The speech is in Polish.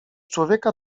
człowieka